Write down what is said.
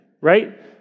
right